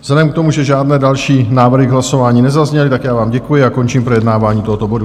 Vzhledem k tomu, že žádné další návrhy k hlasování nezazněly, tak vám děkuji a končím projednávání tohoto bodu.